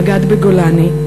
מג"ד בגולני,